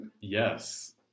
Yes